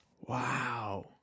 Wow